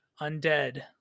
undead